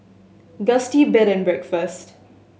Gusti Bed and Breakfast